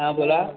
हां बोला